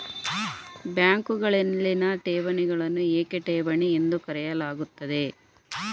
ಬ್ಯಾಂಕುಗಳಲ್ಲಿನ ಠೇವಣಿಗಳನ್ನು ಏಕೆ ಠೇವಣಿ ಎಂದು ಕರೆಯಲಾಗುತ್ತದೆ?